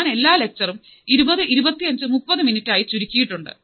ഞാൻ എല്ലാ ലക്ചറും ഇരുപത് ഇരുപത്തിയഞ്ചു മുപ്പതു മിനിറ്റ് ആയി ചുരുക്കിയിട്ടുണ്ട്